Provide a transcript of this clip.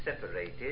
separated